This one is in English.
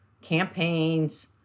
campaigns